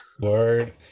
Word